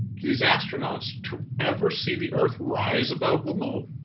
these astronauts, to ever see the earth rise above the moon.